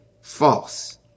false